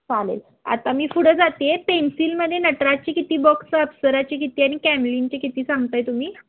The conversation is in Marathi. चालेल आता मी पुढं जाते पेन्सिलमध्ये नटराजची किती बॉक्सं अप्सराचे किती आणि कॅमलिनची किती सांगत आहे तुम्ही